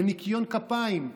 לניקיון כפיים,